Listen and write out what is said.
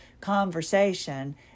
conversation